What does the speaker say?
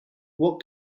what